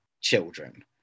children